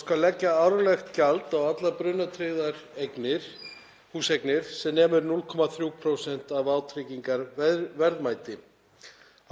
skal leggja árlegt gjald á allar brunatryggðar eignir, húseignir, sem nemur 0,3% af vátryggingaverðmæti.